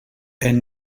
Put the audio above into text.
elle